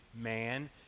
man